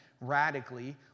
radically